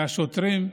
והשוטרים.